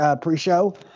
pre-show